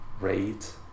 rate